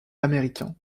américain